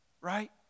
right